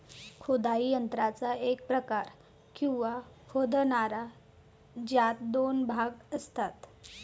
खोदाई यंत्राचा एक प्रकार, किंवा खोदणारा, ज्यात दोन भाग असतात